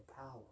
power